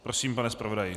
Prosím, pane zpravodaji.